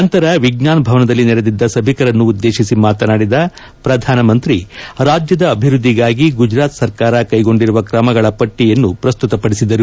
ನಂತರ ವಿಜ್ಞಾನ್ ಭವನದಲ್ಲಿ ನೆರೆದಿದ್ದ ಸಭಿಕರನ್ನು ಉದ್ದೇಶಿಸಿ ಮಾತನಾಡಿದ ಪ್ರಧಾನಿ ರಾಜ್ಯದ ಅಭಿವ್ವದ್ಲಿಗಾಗಿ ಗುಜರಾತ್ ಸರ್ಕಾರ ಕೈಗೊಂಡಿರುವ ಕ್ರಮಗಳ ಪಟ್ಟಿಯನ್ನು ಪ್ರಸ್ತುತಪಡಿಸಿದರು